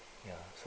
ya so